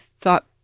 thought